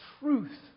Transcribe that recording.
truth